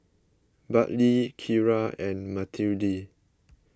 Bartley Kira and Matilde